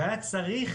והיה צריך